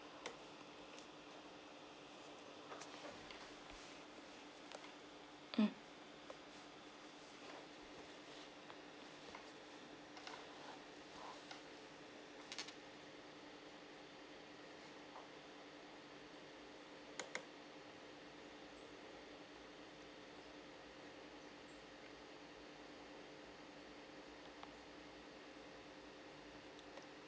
mm